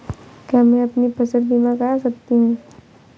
क्या मैं अपनी फसल बीमा करा सकती हूँ?